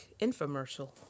infomercial